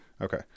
Okay